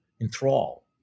enthrall